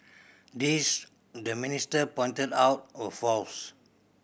these the minister pointed out were false